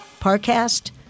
Parcast